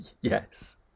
Yes